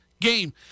game